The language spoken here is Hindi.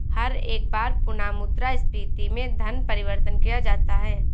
हर एक बार पुनः मुद्रा स्फीती में धन परिवर्तन किया जाता है